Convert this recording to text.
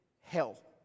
Hell